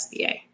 SBA